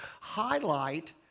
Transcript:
Highlight